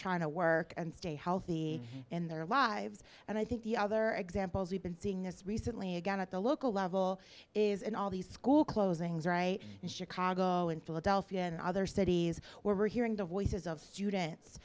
trying to work and stay healthy in their lives and i think the other examples we've been seeing this recently again at the local level is in all these school closings right and chicago and philadelphia and other cities we're hearing the voices of students